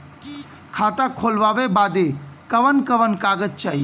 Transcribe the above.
खाता खोलवावे बादे कवन कवन कागज चाही?